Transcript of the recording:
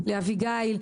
לאביגיל,